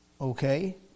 okay